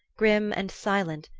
grim and silent,